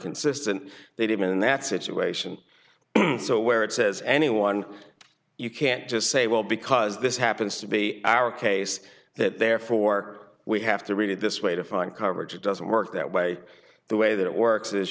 consistent they'd have been in that situation so where it says anyone you can't just say well because this happens to be our case that therefore we have to read it this way to find coverage it doesn't work that way the way that it works is